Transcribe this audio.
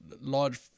large